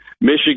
Michigan